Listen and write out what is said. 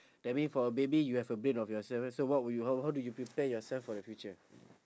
that mean for a baby you have a brain of yourself so what would you how how do you prepare yourself for the future